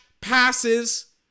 passes